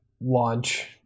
launch